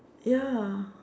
ya